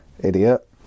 idiot